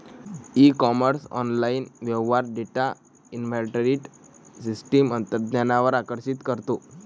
E commerce online व्यवहार data inventory system तंत्रज्ञानावर आकर्षित करतो